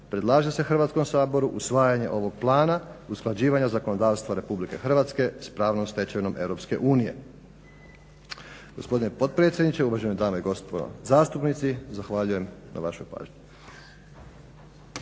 predlaže se Hrvatskom saboru usvajanje ovog Plana usklađivanja zakonodavstva RH s pravnom stečevinom EU. Gospodine potpredsjedniče, uvažene dame i gospodo zastupnici, zahvaljujem na vašoj pažnji.